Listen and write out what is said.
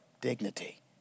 dignity